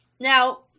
now